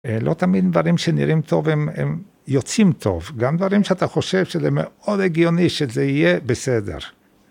לא תמיד דברים שנראים טוב הם יוצאים טוב, גם דברים שאתה חושב שזה מאוד הגיוני שזה יהיה בסדר.